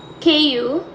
K Y U U